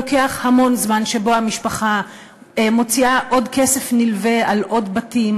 לוקח המון זמן שבו המשפחה מוציאה עוד כסף נלווה על עוד בתים,